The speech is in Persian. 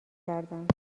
کردند